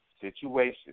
situation